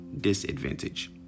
disadvantage